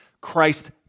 Christ